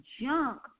junk